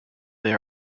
they